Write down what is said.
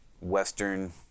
Western